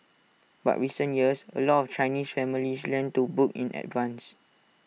but recent years A lot of Chinese families lend to book in advance